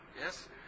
Yes